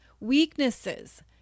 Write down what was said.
weaknesses